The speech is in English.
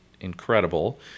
incredible—